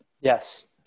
yes